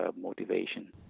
motivation